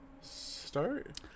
start